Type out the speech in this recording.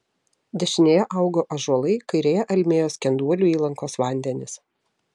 dešinėje augo ąžuolai kairėje almėjo skenduolių įlankos vandenys